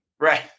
Right